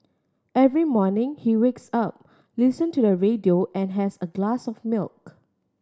every morning he wakes up listen to the radio and has a glass of milk